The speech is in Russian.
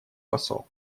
посол